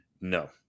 No